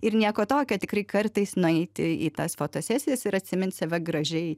ir nieko tokio tikrai kartais nueiti į tas fotosesijas ir atsimint save gražiai